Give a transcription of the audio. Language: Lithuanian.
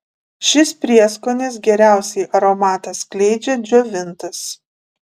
šis prieskonis geriausiai aromatą skleidžia džiovintas